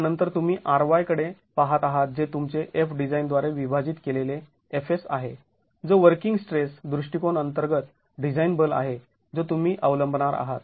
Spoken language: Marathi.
त्यानंतर तुम्ही Ry कडे पहात आहात जे तुमचे Fdesign द्वारे विभाजित केलेले Fs आहे जो वर्किंग स्ट्रेस दृष्टिकोन अंतर्गत डिझाईन बल आहे जो तुम्ही अवलंबणार आहात